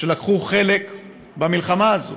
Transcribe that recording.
שלקחו חלק במלחמה הזאת